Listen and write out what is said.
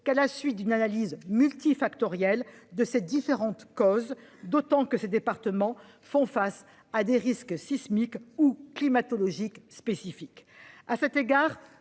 qu'à la suite d'une analyse multifactorielle de ses différentes causes, d'autant que ces départements font face à des risques sismiques et climatologiques spécifiques.